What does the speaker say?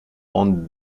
ont